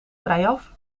vrijaf